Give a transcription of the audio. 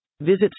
Visit